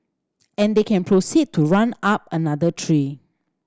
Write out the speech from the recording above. and they can proceed to run up another tree